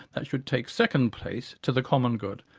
that should take second place to the common good,